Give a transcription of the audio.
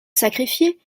sacrifier